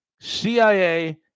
CIA